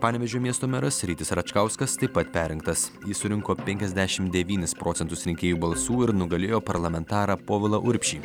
panevėžio miesto meras rytis račkauskas taip pat perrinktas jis surinko penkiasdešim devynis procentus rinkėjų balsų ir nugalėjo parlamentarą povilą urbšį